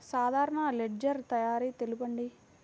సాధారణ లెడ్జెర్ తయారి తెలుపండి?